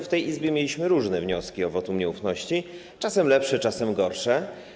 W tej Izbie mieliśmy różne wnioski o wotum nieufności, czasem lepsze, czasem gorsze.